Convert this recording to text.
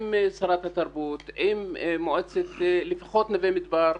עם שרת התרבות, עם מועצת נווה מדבר לפחות,